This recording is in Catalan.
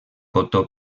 cotó